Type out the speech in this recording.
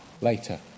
later